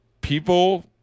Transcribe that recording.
people